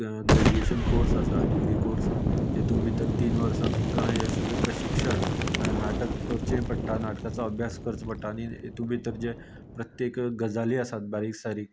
graduation course आसा degree course जेतूं भितर तीन वर्सां तुमकां हें सगलें प्रक्षिशण म्हल्यार नाटक करचें पडटा नाटकचो अभ्यास करचो पडटा आनी हितून भितर जे प्रत्येक गजालीं आसा बारीक सारीक